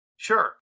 Sure